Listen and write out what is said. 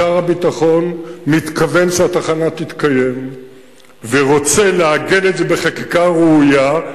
שר הביטחון מתכוון שהתחנה תתקיים ורוצה לעגן את זה בחקיקה ראויה,